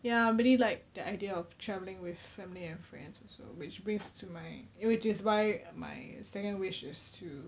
ya I really like the idea of travelling with family and friends also which brings to my it which is why my second wish is to